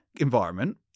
environment